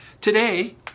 Today